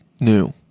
new